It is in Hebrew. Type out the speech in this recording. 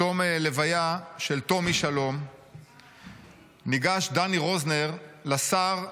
בתום ההלוויה של תום איש שלום ניגש דני רוזנר לשר,